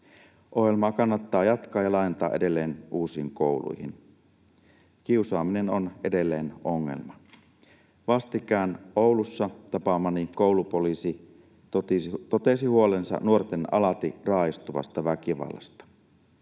Ohjelmaa kannattaa jatkaa ja laajentaa edelleen uusiin kouluihin. Kiusaaminen on edelleen ongelma. Vastikään Oulussa tapaamani koulupoliisi totesi huolensa nuorten alati raaistuvasta väkivallasta.